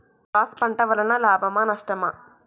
Cross పంట వలన లాభమా నష్టమా?